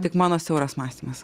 tik mano siauras mąstymas